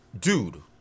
Dude